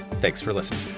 thanks for listening